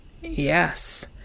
Yes